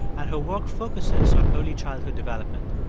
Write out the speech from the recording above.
and her work focuses on early childhood development.